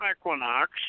equinox